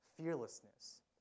fearlessness